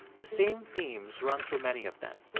the same themes run through many of them.